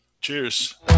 Cheers